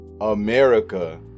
America